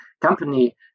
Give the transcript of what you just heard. company